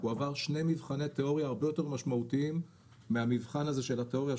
הוא עבר שני מבחני תיאוריה הרבה יותר משמעותיים מהמבחן הזה של התיאוריה,